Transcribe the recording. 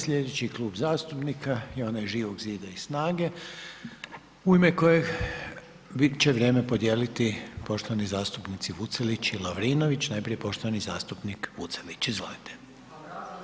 Slijedeći Klub zastupnika je onaj Živog zida i SNAGA-e u ime kojeg, bit će vrijeme podijeliti poštovani zastupnici Vucelić i Lovrinović, najprije poštovani zastupnik Vucelić, izvolite.